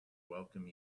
welcome